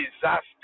disaster